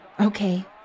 Okay